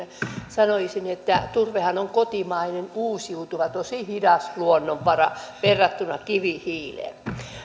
sanoisin että turvehan on kotimainen uusiutuva tosi hidas luonnonvara verrattuna kivihiileen